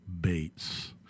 Bates